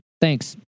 Thanks